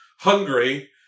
hungry